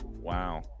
Wow